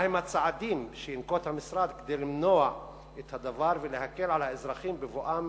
מהם הצעדים שינקוט המשרד כדי למנוע את הדבר ולהקל על האזרחים בבואם